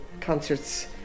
concerts